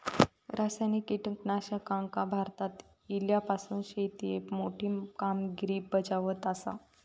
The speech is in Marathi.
रासायनिक कीटकनाशका भारतात इल्यापासून शेतीएत मोठी कामगिरी बजावत आसा